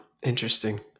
interesting